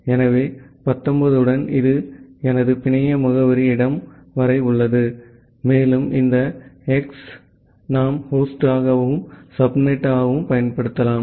எனவே 19 உடன் இது எனது பிணைய முகவரிஇடம் வரை உள்ளது மேலும் இந்த எக்ஸ் நாம் ஹோஸ்டாகவும் சப்நெட்டாகவும் பயன்படுத்தலாம்